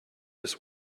this